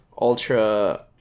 ultra